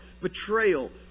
betrayal